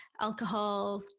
alcohol